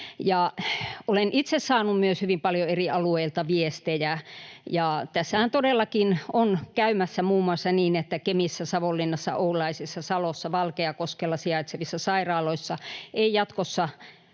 Olen itse saanut myös hyvin paljon eri alueilta viestejä, ja tässähän todellakin on käymässä muun muassa niin, että Kemissä, Savonlinnassa, Oulaisissa, Salossa ja Valkeakoskella sijaitsevissa sairaaloissa ei jatkossa